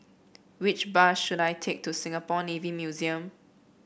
which bus should I take to Singapore Navy Museum